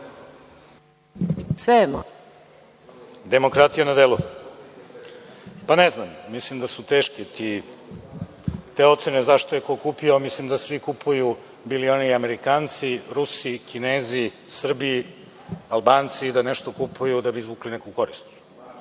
Milić** Demokratija na delu. Ne znam, mislim da su teške te ocene zašto je ko kupio. Mislim da svi kupuju, bili oni Amerikanci, Rusi, Kinezi, Srbi, Albanci da nešto kupuju da bi izvukli neku korist.